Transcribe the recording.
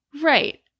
Right